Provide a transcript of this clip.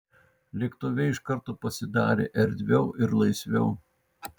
lėktuve iš karto pasidarė erdviau ir laisviau